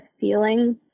feeling